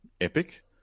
Epic